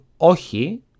ohi